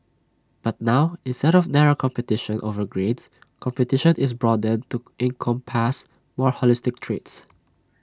but now instead of narrow competition over grades competition is broadened to encompass more holistic traits